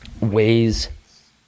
ways